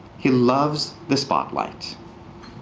he loves the spotlight.